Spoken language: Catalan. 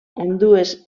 ambdues